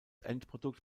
endprodukt